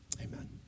Amen